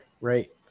right